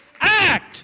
Act